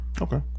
Okay